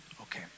Okay